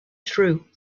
through